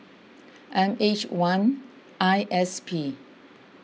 M H one I S P